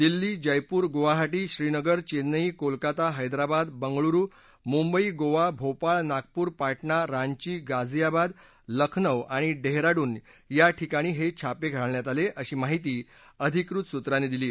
दिल्ली जयपूर गुवाहाटी श्रीनगर चेन्नई कोलकाता हैदराबाद बंगळ्रू मुंबई गोवा भोपाळ नागपूर पटना रांची गाजियाबाद लखनऊ आणि डेहराडून या ठिकाणी हे छापे मारण्यात आले अशी माहिती अधिकृत सूतांनी दिली